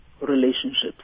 relationships